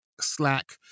Slack